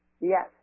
Yes